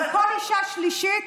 אבל כל אישה שלישית